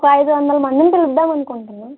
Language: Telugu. ఒక ఐదొందల మందిని పిలుద్దాం అనుకుంటున్నాం